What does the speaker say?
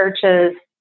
churches